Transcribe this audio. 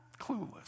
clueless